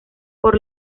por